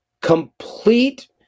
complete